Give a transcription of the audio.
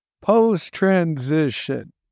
post-transition